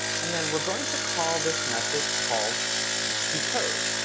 and then we're going to call this method called decode.